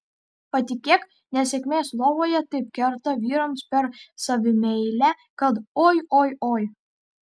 patikėk nesėkmės lovoje taip kerta vyrams per savimeilę kad oi oi oi